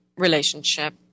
relationship